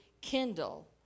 kindle